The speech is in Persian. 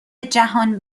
جهان